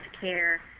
care